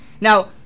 Now